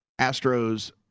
Astros